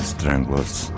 Stranglers